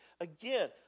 Again